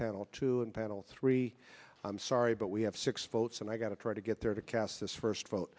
panel to panel three i'm sorry but we have six votes and i got to try to get there to cast this first vote